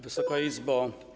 Wysoka Izbo!